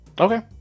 Okay